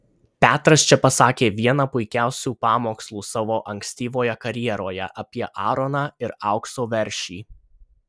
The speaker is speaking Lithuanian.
petras čia pasakė vieną puikiausių pamokslų savo ankstyvoje karjeroje apie aaroną ir aukso veršį